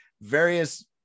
various